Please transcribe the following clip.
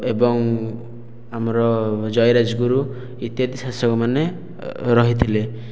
ଏବଂ ଆମର ଜୟୀରାଜଗୁରୁ ଇତ୍ୟାଦି ଶାସକ ମାନେ ରହିଥିଲେ